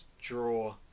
draw